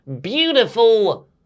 beautiful